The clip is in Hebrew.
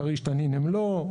כריש-תנין הם לא,